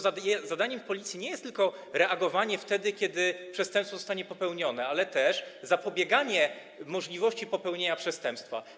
Zadaniem Policji jest nie tylko reagowanie wtedy, kiedy przestępstwo zostanie popełnione, ale też zapobieganie możliwości popełnienia przestępstwa.